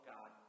God